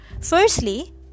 Firstly